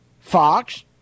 Fox